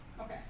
Okay